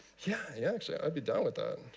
yeah yeah, actually, i'd be down with that.